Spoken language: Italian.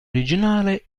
originale